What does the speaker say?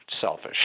selfish